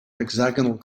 hexagonal